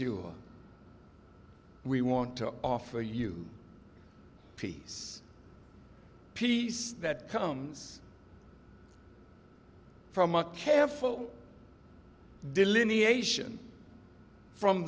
sure we want to offer you peace peace that comes from a careful delineation from